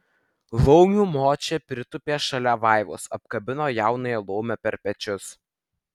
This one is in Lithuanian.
laumių močia pritūpė šalia vaivos apkabino jaunąją laumę per pečius